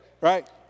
right